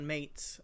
Mates